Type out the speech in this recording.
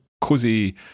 cozy